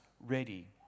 ready